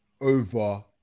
over